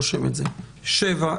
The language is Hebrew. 7,